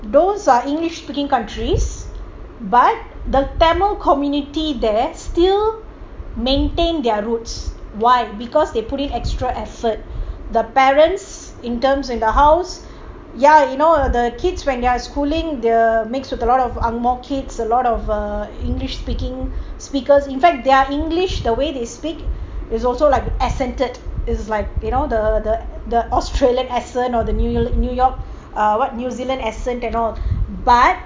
those are english speaking countries but the tamil community there still maintain their roots why because they put in extra effort the parents in terms in the house ya you know the kids when they're schooling they'll mix with a lot of ang moh kids a lot of err english speaking speakers in fact their english the way they speak is also like accented is like you know the the the australian accent or the new york new york ah what new zealand and all but